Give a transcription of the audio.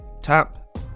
Tap